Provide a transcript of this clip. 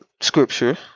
scripture